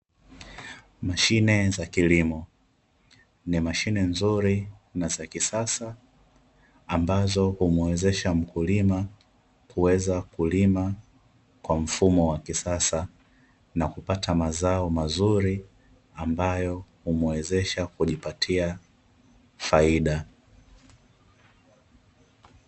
Mashine za kilimo ni mashine nzuri na za kisasa, ambazo humuezesha mkulima kuweza kulima kwa mfumo wa kisasa na kupata mazao mazuri ambayo humuezesha kujipatia faida.